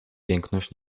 piękność